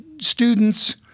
students